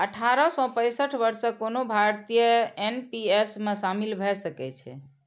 अठारह सं पैंसठ वर्षक कोनो भारतीय एन.पी.एस मे शामिल भए सकै छै